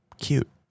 cute